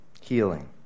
Healing